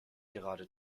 gerade